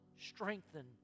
strengthen